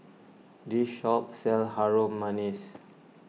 this shop sells Harum Manis